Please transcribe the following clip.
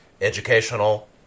educational